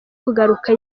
kugaruka